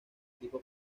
tipo